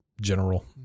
general